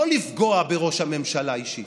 לא לפגוע בראש הממשלה אישית,